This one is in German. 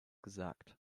gesagt